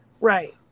Right